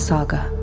Saga